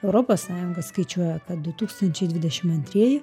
europos sąjunga skaičiuoja kad du tūkstančiai dvidešim antrieji